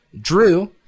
Drew